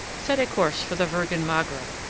set a course for the virgen magra.